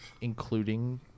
including